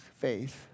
faith